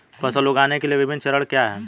फसल उगाने के विभिन्न चरण क्या हैं?